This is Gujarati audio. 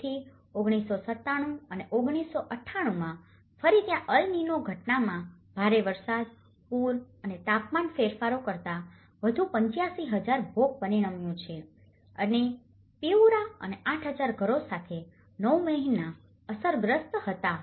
તેથી 1997 અને 1998 માં ફરી ત્યાં અલ નિનો ઘટના માં ભારે વરસાદ પૂર અને તાપમાન ફેરફારો કરતાં વધુ 85000 ભોગ પરિણમ્યું છે અને પીઉરા અને 8000 ઘરો સાથે 9 મહિના અસરગ્રસ્ત હતા